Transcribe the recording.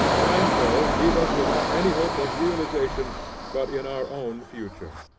and so leave us without any hope of realization but in our own future.